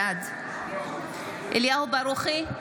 בעד אליהו ברוכי,